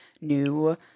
new